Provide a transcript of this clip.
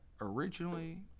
originally